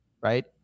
right